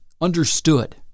understood